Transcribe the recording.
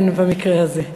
אין במקרה הזה.